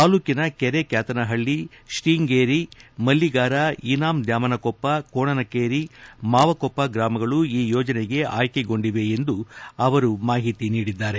ತಾಲ್ಲೂಕಿನ ಕೆರೆಕ್ಕಾತನಹಳ್ಳಿ ಶ್ರೀಂಗೇರಿ ಮಲ್ಲಿಗಾರ ಇನಾಂ ದ್ಯಾಮನಕೊಪ್ಪ ಕೋಣನಕೇರಿ ಮಾವಕೊಪ್ಪ ಗ್ರಾಮಗಳು ಈಯೋಜನೆಗೆ ಆಯ್ಲೆಗೊಂಡಿವೆ ಎಂದು ಮಾಹಿತಿ ನೀಡಿದ್ದಾರೆ